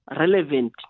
relevant